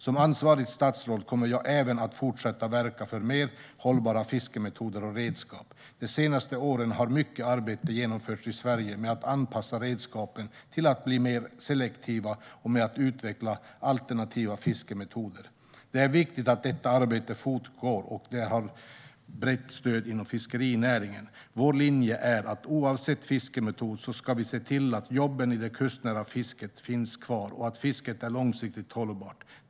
Som ansvarigt statsråd kommer jag även att fortsätta verka för mer hållbara fiskemetoder och redskap. De senaste åren har mycket arbete genomförts i Sverige med att anpassa redskapen till att bli mer selektiva och med att utveckla alternativa fiskemetoder. Det är viktigt att detta arbete fortgår, och det har brett stöd inom fiskerinäringen. Vår linje är att oavsett fiskemetod ska vi se till att jobben i det kustnära fisket finns kvar och att fisket är långsiktigt hållbart.